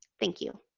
thank you.